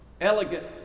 elegant